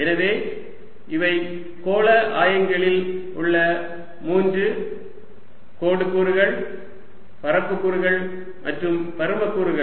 எனவே இவை கோள ஆயங்களில் உள்ள மூன்று கோடு கூறுகள் பரப்பு கூறுகள் மற்றும் பருமக்கூறுகள்